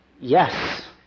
Yes